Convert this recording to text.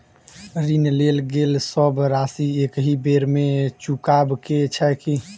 ऋण लेल गेल सब राशि एकहि बेर मे चुकाबऽ केँ छै की?